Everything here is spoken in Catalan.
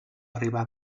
arribar